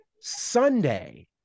Sunday